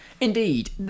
Indeed